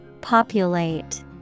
Populate